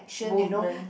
movement